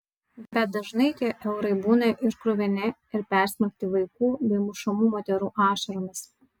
bet dažnai tie eurai būna ir kruvini ir persmelkti vaikų bei mušamų moterų ašaromis